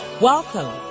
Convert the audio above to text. Welcome